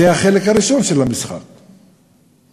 זה החלק הראשון של המשחק המכור.